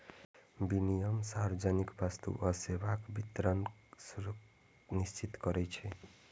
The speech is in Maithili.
विनियम सार्वजनिक वस्तु आ सेवाक वितरण सुनिश्चित करै छै